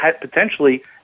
potentially